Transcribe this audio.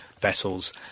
vessels